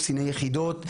קציני יחידות,